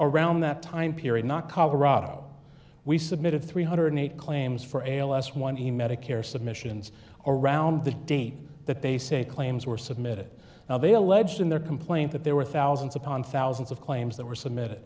around that time period not colorado we submitted three hundred and eight claims for ls one he medicare submissions around the date that they say claims were submitted now they allege in their complaint that there were thousands upon thousands of claims that were submitted